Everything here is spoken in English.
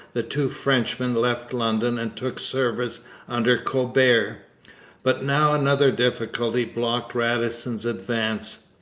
the two frenchmen left london and took service under colbert. but now another difficulty blocked radisson's advance.